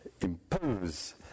impose